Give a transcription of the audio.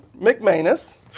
McManus